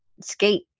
skate